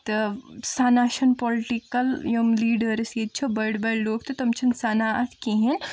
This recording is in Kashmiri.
تہٕ سنان چھِنہٕ پولِٹٕکٔل یِم لیٖڈٲرٕس ییٚتہِ چھِ بٔڑۍ بٔڑۍ لُکھ تہٕ تم چھِنہٕ سنان اتھ کہیٖنۍ